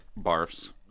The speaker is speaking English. Barfs